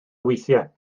weithiau